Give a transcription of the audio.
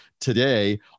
today